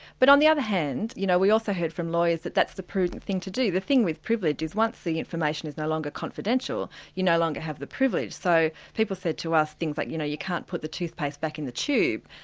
but on the other hand, you know we also heard from lawyers that that's the prudent thing to do. the thing with privilege is once the information's no longer confidential, you no longer have the privilege, so people said to us things like you know you can't put the toothpaste back in the tube,